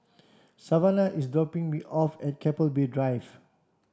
Savana is dropping me off at Keppel Bay Drive